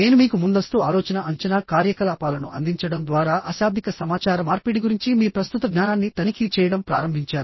నేను మీకు ముందస్తు ఆలోచన అంచనా కార్యకలాపాలను అందించడం ద్వారా అశాబ్దిక సమాచార మార్పిడి గురించి మీ ప్రస్తుత జ్ఞానాన్ని తనిఖీ చేయడం ప్రారంభించాను